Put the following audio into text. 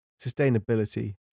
sustainability